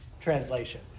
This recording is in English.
translation